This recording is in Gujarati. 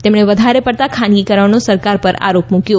તેમણે વધારે પડતા ખાનગીકરણનો સરકાર પર આરોપ મૂક્યો